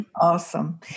awesome